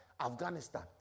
Afghanistan